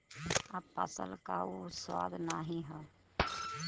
अब फसल क उ स्वाद नाही हौ